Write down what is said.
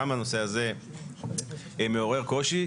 גם הנושא הזה מעורר קושי,